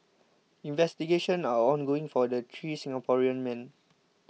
investigations are ongoing for the three Singaporean men